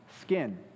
skin